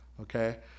okay